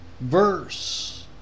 Verse